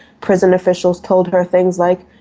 prison officials told her things like,